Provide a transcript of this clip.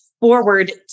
forward